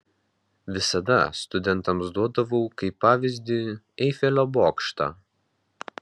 visada studentams duodavau kaip pavyzdį eifelio bokštą